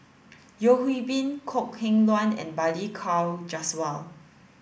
Yeo Hwee Bin Kok Heng Leun and Balli Kaur Jaswal